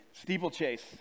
steeplechase